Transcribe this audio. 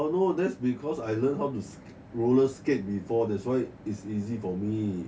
oh no that's because I learn how to sk~ roller skate before thats why it's easy for me